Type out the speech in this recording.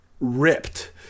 ripped